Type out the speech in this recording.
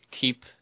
keep